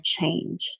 change